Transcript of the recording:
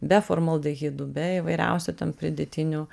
be formaldehidų be įvairiausių ten pridėtinių